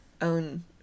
own